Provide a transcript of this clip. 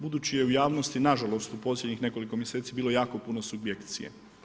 Budući je u javnosti, nažalost u posljednjih nekoliko mjeseci bilo jako puno subjekcija.